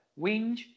whinge